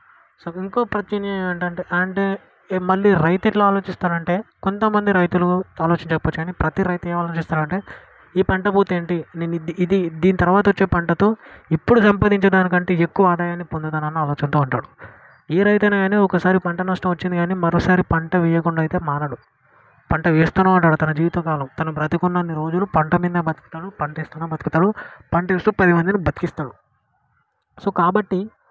so ఇంకో ప్రత్యామ్నాయం ఏంటంటే అంటే మళ్ళీ రైతు ఎట్లా ఆలోచిస్తాడు అంటే కొంత మంది రైతులు ఆలోచన చెప్పట్లేదు ప్రతీ రైతు ఏం ఆలోచిస్తాడు అంటే ఈ పంట పోతే ఏంటి నేను ఇది దీని తరువాత వచ్చే పంటతో ఇప్పుడు సంపాదించే దానికంటే ఎక్కువ ఆదాయాన్ని పొందుతానన్న ఆలోచనతో ఉంటాడు ఏ రైతు అయినా కానీ ఒకసారి పంట నష్టం వచ్చింది కానీ మరోసారి పంట వేయకుండా అయితే మానడు పంట వేస్తూనే ఉంటాడు తన జీవితకాలం తను బ్రతికి ఉన్నన్ని రోజులు పంట మీదనే బ్రతుకుతాడు పంట వేస్తూనే బ్రతుకుతాడు పంట వేస్తూ పది మందిని బ్రతికిస్తాడు సో కాబట్టి